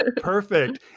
Perfect